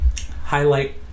highlight